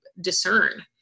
discern